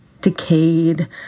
Decayed